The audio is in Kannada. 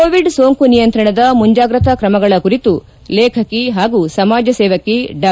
ಕೋವಿಡ್ ಸೋಂಕು ನಿಯಂತ್ರಣದ ಮುಂಜಾಗ್ರತಾ ಕ್ರಮಗಳ ಕುರಿತು ಲೇಖಕಿ ಹಾಗೂ ಸಮಾಜ ಸೇವಕಿ ಡಾ